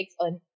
on